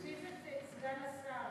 תוסיף את סגן השר,